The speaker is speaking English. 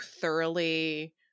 thoroughly